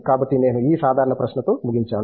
కాబట్టి నేను ఈ సాధారణ ప్రశ్నతో ముగించాను